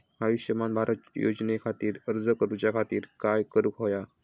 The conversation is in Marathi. आयुष्यमान भारत योजने खातिर अर्ज करूच्या खातिर काय करुक होया?